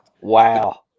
Wow